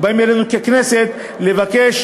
ובאים אלינו ככנסת לבקש